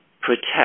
protect